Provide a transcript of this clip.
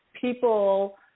people